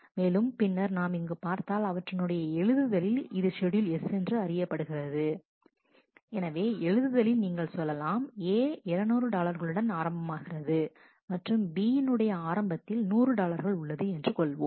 மேலும் பின்னர் நாம் இங்கு பார்த்தால் அவற்றினுடைய எழுதுதலில் இது ஷெட்யூல் S என்று அறியப்படுகிறது எனவே எழுதுதலில் நீங்கள் சொல்லலாம் A 200 டாலர்களுடன் ஆரம்பமாகிறது மற்றும் B தீனுடைய ஆரம்பத்தில் 100 டாலர்கள் உள்ளது என்று கொள்வோம்